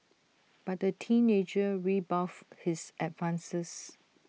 but the teenager rebuffed his advances